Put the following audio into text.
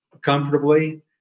comfortably